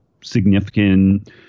significant